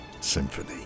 symphony